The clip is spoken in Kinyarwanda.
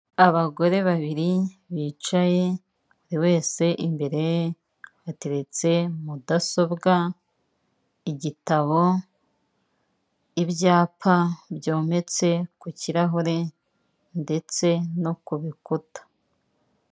Abagore babiri bicaye, buri wese imbere yateretse mudasobwa, igitabo ibyapa byometse ku kirahure, ndetse no ku bikuta.